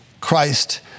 Christ